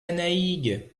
annaig